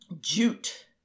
jute